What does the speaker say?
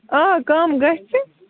آ کَم گژھِ